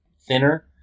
thinner